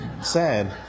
sad